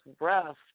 rough